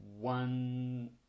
one